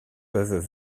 peuvent